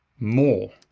more.